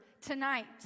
tonight